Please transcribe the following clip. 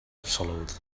absolut